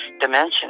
dimension